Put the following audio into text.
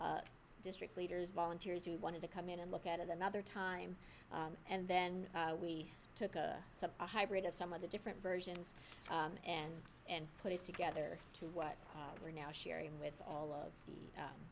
of district leaders volunteers who wanted to come in and look at it another time and then we took a hybrid of some of the different versions and and put it together to what we are now sharing with all of the